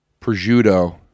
prosciutto